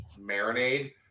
marinade